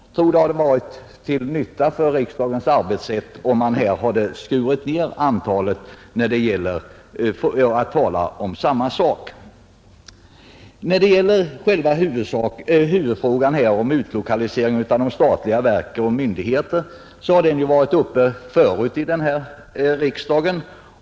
Jag tror att det hade varit till nytta för riksdagens arbete, om man hade skurit ned det antal ledamöter som kommer att ta upp samma saker. Huvudfrågan om utlokalisering av statliga verk och myndigheter har ju varit uppe förut här i riksdagen.